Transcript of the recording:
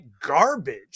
garbage